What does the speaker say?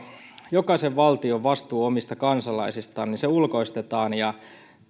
jokaisen valtion vastuu omista kansalaisistaan ulkoistetaan ja